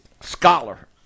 scholar